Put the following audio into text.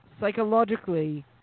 psychologically